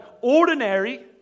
Ordinary